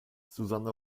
susanne